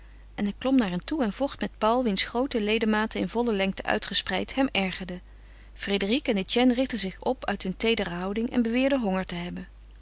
en hij klom naar hen toe en vocht met paul wiens groote ledematen in volle lengte uitgespreid hem ergerden frédérique en etienne richtten zich op uit hun teedere houding en beweerden honger te hebben